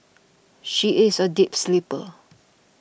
she is a deep sleeper